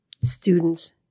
students